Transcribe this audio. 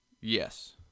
Yes